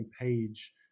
page